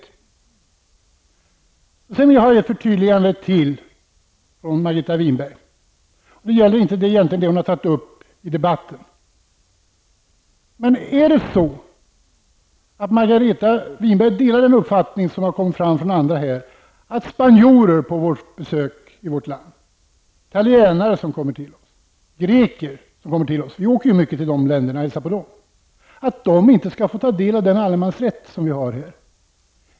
Jag vill ha ytterligare ett förtydligande från Margareta Winberg. Det gäller egentligen inte det som hon har tagit upp i debatten. Delar Margareta Winberg den uppfattning som har kommit från andra här i debatten att spanjorer, italienare och greker som kommer på besök till vårt land -- vi åker mycket till deras hemländer och hälsar på dem -- inte skall få ta del av den allemansrätt som vi har här?